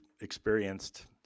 experienced